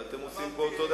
אבל אתם עושים פה אותו דבר.